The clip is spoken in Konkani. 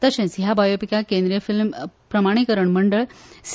तशेंच ह्या बायोपिकाक केंद्रीय फिल्म प्रमाणीकरण मंडळ सि